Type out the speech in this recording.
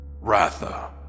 Ratha